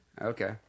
Okay